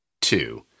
Two